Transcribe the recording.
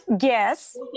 Yes